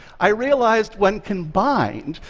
i realized, when combined,